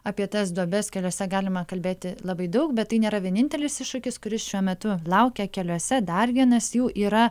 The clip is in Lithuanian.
apie tas duobes keliuose galima kalbėti labai daug bet tai nėra vienintelis iššūkis kuris šiuo metu laukia keliuose dar vienas jų yra